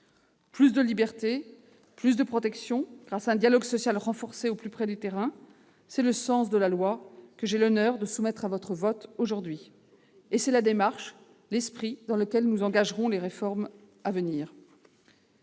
Plus de liberté et plus de protections grâce à un dialogue social renforcé au plus près du terrain, tel est le sens de la loi que j'ai l'honneur de soumettre à votre vote aujourd'hui. C'est l'esprit dans lequel nous engagerons les réformes à venir.